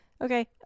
Okay